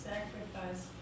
Sacrifice